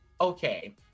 okay